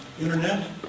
internet